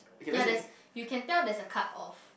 ya there's you can tell there's a cut off